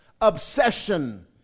obsession